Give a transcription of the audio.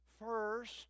first